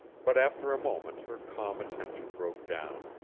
but after a moment her calm attention broke down.